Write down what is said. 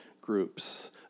groups